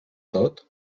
tot